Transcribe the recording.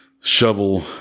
shovel